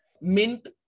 mint